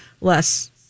less